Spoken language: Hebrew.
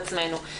מהסעיף הקודם,